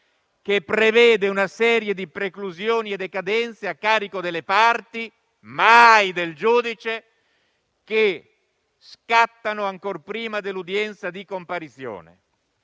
che prevede una serie di preclusioni e decadenze a carico delle parti, mai del giudice, che scattano ancor prima dell'udienza di comparizione.